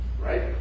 right